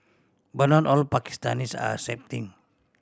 but not all Pakistanis are accepting